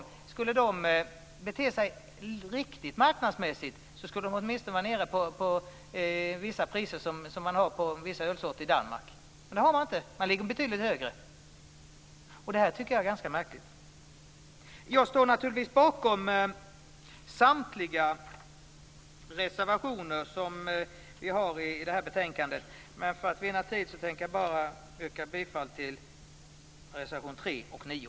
Skulle de bete sig riktigt marknadsmässigt, skulle de åtminstone vara nere på samma prisnivå som man har på vissa ölsorter i Danmark. Men de ligger betydligt högre. Detta tycker jag är ganska märkligt. Jag står naturligtvis bakom samtliga reservationer som vi har i detta betänkande, men för att vinna tid yrkar jag bifall bara till reservationerna 3 och 9.